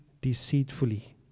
deceitfully